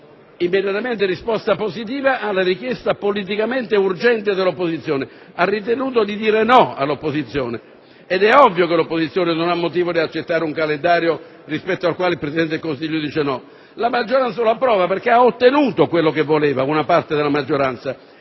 immediatamente una risposta positiva alla richiesta politicamente urgente dell'opposizione. Ha ritenuto di dire no all'opposizione ed è ovvio che l'opposizione non ha motivo di accettare un calendario rispetto al quale il Presidente del Consiglio dice di no; una parte della maggioranza lo approva perché ha ottenuto quello che voleva, cioè mettere a nudo